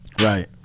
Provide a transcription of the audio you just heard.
right